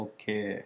Okay